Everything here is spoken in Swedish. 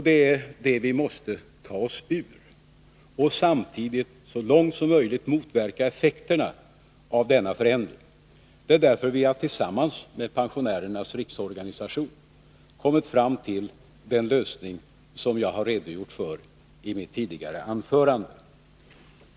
Det är det vi måste ta oss ur och samtidigt, så långt det är möjligt, motverka effekterna av denna förändring. Det är därför som vi tillsammans med pensionärernas riksorganisation har kommit fram till den lösning som jag redogjorde för i mitt tidigare anförande.